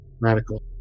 Radical